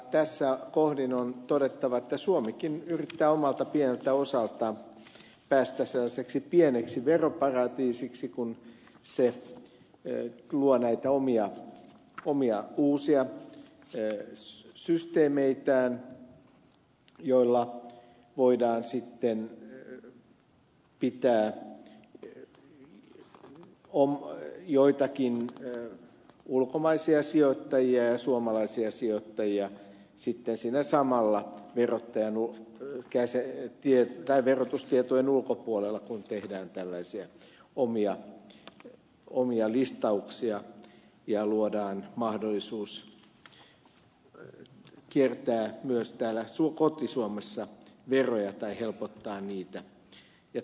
tässä kohdin on todettava että suomikin yrittää omalta pieneltä osaltaan päästä sellaiseksi pieneksi veroparatiisiksi kun se luo näitä omia uusia systeemeitään joilla voidaan sitten pitää joitakin ulkomaisia sijoittajia ja suomalaisia sijoittajia siinä samalla verotustietojen ulkopuolella kun tehdään tällaisia omia listauksia ja luodaan mahdollisuus kiertää myös täällä koti suomessa veroja tai helpottaa niitä